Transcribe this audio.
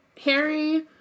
Harry